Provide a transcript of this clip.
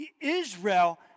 Israel